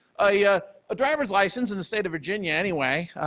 ah yeah a driver's license in the state of virginia. anyway,